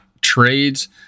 trades